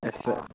yes sir